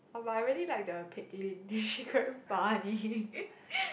but I really like the Pek Lim she very funny